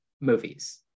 movies